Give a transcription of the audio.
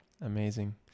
amazing